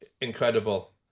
incredible